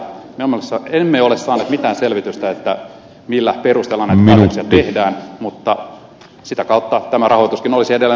me emme ole saaneet mitään selvitystä siitä millä perusteella näitä päätöksiä tehdään mutta sitä kautta tämä rahoituskin olisi edelleen hoitunut